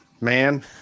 man